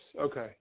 Okay